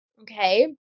okay